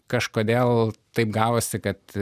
kažkodėl taip gavosi kad